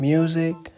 Music